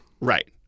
Right